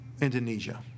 Indonesia